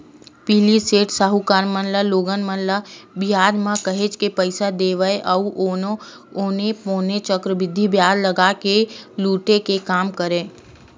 पहिली सेठ, साहूकार मन ह लोगन मन ल बियाज म काहेच के पइसा देवय अउ औने पौने चक्रबृद्धि बियाज लगा के लुटे के काम करय